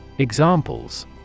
Examples